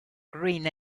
green